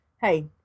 hey